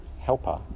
helper